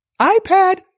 iPad